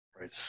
Right